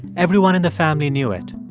everyone in the family knew it.